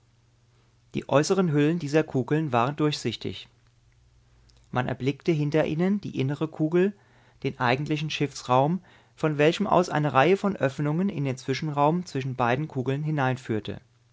die äußeren hüllen dieser kugeln waren durchsichtig man erblickte hinter ihnen die innere kugel den eigentlichen schiffsraum von welchem aus eine reihe von öffnungen in den zwischenraum zwischen beiden kugeln hineinführte